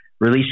release